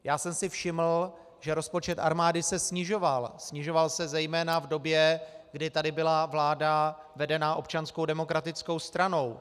Já jsem si všiml, že rozpočet armády se snižoval, snižoval se zejména v době, kdy tady byla vláda vedená Občanskou demokratickou stranou.